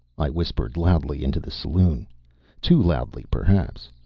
i whispered, loudly, into the saloon too loudly, perhaps,